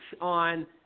on